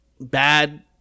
bad